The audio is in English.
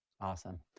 awesome